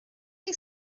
chi